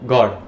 God